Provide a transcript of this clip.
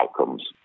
outcomes